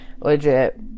Legit